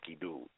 dude